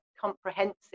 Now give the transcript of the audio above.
comprehensive